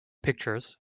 pictures